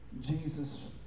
Jesus